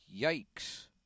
Yikes